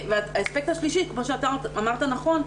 והאספקט השלישי כמו שאמרת נכון,